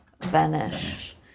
vanish